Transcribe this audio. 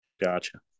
Gotcha